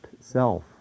self